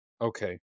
okay